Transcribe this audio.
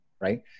right